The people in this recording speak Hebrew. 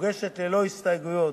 מוגשת ללא הסתייגויות.